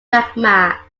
magma